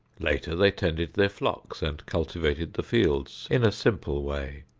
later they tended their flocks and cultivated the fields in a simple way.